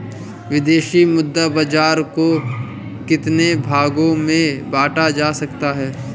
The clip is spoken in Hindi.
विदेशी मुद्रा बाजार को कितने भागों में बांटा जा सकता है?